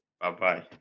Bye-bye